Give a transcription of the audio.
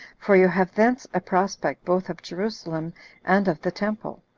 for you have thence a prospect both of jerusalem and of the temple.